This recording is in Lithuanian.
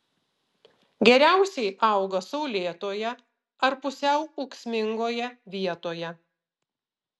geriausiai auga saulėtoje ar pusiau ūksmingoje vietoje